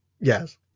Yes